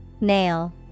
Nail